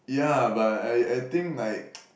ya but I I think like